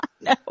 No